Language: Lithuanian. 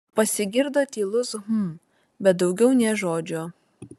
pasigirdo tylus hm bet daugiau nė žodžio